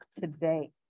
today